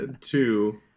Two